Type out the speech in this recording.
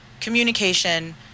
communication